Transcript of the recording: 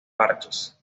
parches